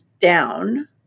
down